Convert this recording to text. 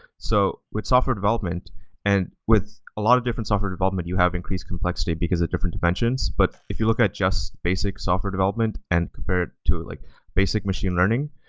so with software development and with a lot of different software development, you have increased complexity because of different dimensions. but if you looking at just basic software development and compare it to like basic machine learning,